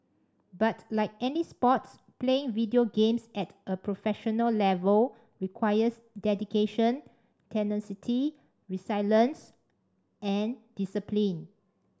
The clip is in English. but like any sports playing video games at a professional level requires dedication tenacity resilience and discipline